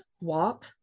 walk